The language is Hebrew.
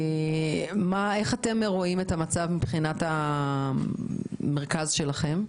איך אתם רואים את המצב מבחינת המרכז שלכם?